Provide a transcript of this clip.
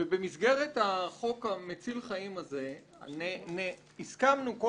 ובמסגרת החוק מציל החיים הזה הסכמנו כל